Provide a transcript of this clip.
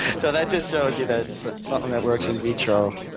so that just shows you that something that works in vitro,